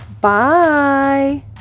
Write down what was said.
bye